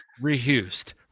reused